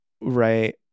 Right